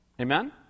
Amen